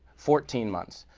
fourteen months?